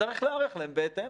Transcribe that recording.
וצריך להיערך אליהם בהתאם.